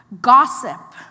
gossip